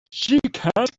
she